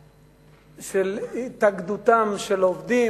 נושא התאגדותם של עובדים,